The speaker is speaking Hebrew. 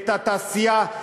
את התעשייה,